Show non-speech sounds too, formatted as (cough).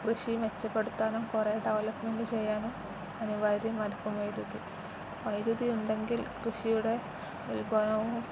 കൃഷി മെച്ചപ്പെടുത്താനും കുറേ ഡെവലപ്മെന്റ് ചെയ്യാനും അനിവാര്യ (unintelligible) വൈദ്യുതി വൈദ്യുതി ഉണ്ടെങ്കിൽ കൃഷിയുടെ ഉല്പാദനവും